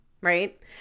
right